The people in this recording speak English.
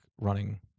running